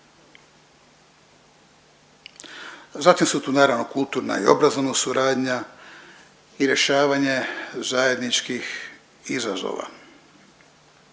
Zatim su tu naravno kulturna i obrazovna suradnja i rješavanje zajedničkih izazova.